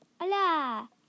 hola